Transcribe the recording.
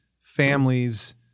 families